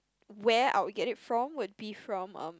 where I would get it from would be from um